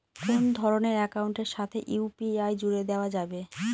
কোন ধরণের অ্যাকাউন্টের সাথে ইউ.পি.আই জুড়ে দেওয়া যাবে?